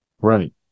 Right